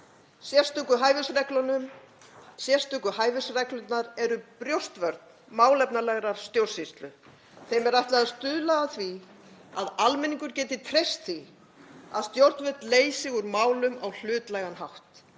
Sérstöku hæfisreglurnar eru brjóstvörn málefnalegrar stjórnsýslu. Þeim er ætlað að stuðla að því að almenningur geti treyst því að stjórnvöld leysi úr málum á hlutlægan hátt.